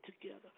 together